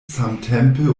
samtempe